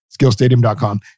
skillstadium.com